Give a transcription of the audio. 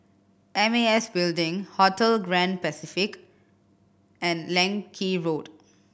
M A S Building Hotel Grand Pacific and Leng Kee Road